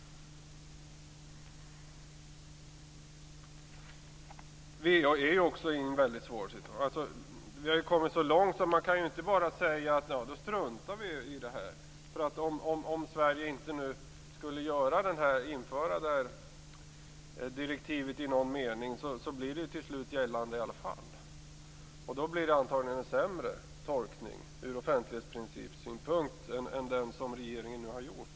Vi är i en väldigt svår situation. Vi kan inte bara säga att vi struntar i det här. Om Sverige i något avseende inte skulle införa det här direktivet, kommer det till slut ändå att bli gällande, och då antagligen med en sämre tolkning ur offentlighetsprincipens synpunkt än den som regeringen nu har gjort.